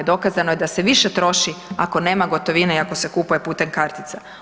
Dokazano je da se više troši ako nema gotovine i ako se kupuje putem kartica.